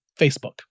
Facebook